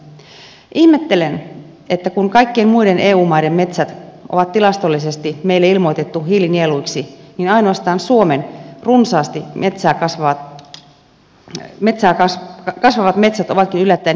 ihmettelen että kun kaikkien muiden eu maiden metsät on tilastollisesti meille ilmoitettu hiilinieluiksi niin ainoastaan suomen runsaasti kasvavat metsät ovatkin yllättäen hiilipäästö